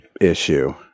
issue